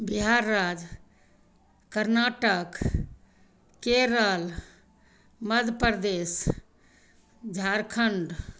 बिहार राज्य कर्नाटक केरल मधपरदेश झारखण्ड